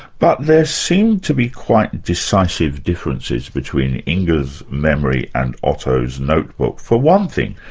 but there seem to be quite decisive differences between inga's memory and otto's notebook. for one thing,